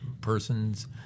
person's